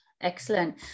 excellent